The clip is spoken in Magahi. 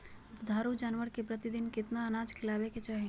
दुधारू जानवर के प्रतिदिन कितना अनाज खिलावे के चाही?